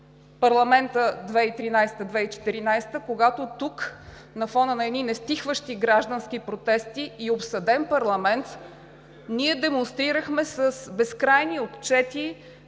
парламента 2013 – 2014 г., когато тук на фона на едни нестихващи граждански протести и обсаден парламент, ние демонстрирахме с безкрайни отчети